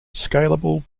scalable